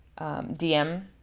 dm